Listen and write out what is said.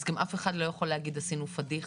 אז גם אף אחד לא יכול להגיד עכשיו פדיחה.